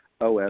OS